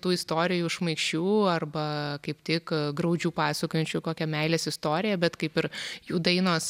tų istorijų šmaikščių arba kaip tik graudžių pasakojančių kokią meilės istoriją bet kaip ir jų dainos